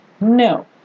No